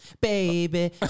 Baby